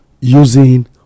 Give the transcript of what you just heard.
using